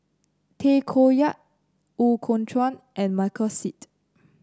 Tay Koh Yat Ooi Kok Chuen and Michael Seet